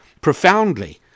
profoundly